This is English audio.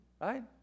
Right